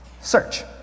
Search